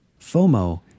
FOMO